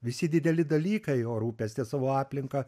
visi dideli dalykai o rūpestis savo aplinka